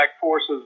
forces